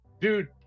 dude